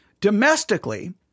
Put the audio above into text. domestically